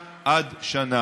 בבקשה, אדוני.